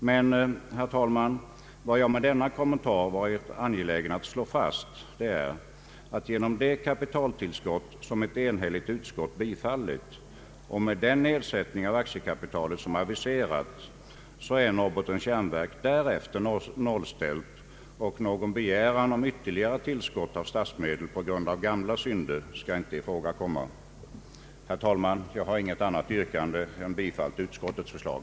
Men, herr talman, vad jag med denna kommentar varit angelägen att slå fast är att genom det kapitaltillskott som ett enhälligt utskott bifallit och med den nedsättning av aktiekapitalet som aviserats, så är Norrbottens Järnverk därefter nollställt, och någon begäran om ytterligare tillskott av statsmedel på grund av gamla synder skall inte ifrågakomma. Herr talman! Jag har inget annat yrkande än bifall till utskottets förslag.